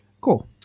Cool